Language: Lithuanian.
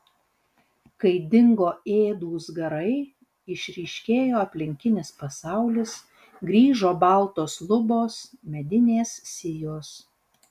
kai dingo ėdūs garai išryškėjo aplinkinis pasaulis grįžo baltos lubos medinės sijos